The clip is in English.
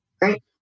right